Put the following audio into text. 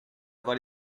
avoir